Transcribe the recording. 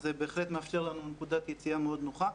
אז בהחלט מאפשר לנו נקודת יציאה מאוד נוחה,